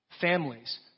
families